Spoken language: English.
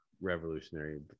revolutionary